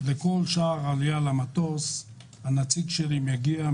בכל שער עלייה למטוס הנציג שלי מגיע,